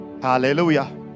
Hallelujah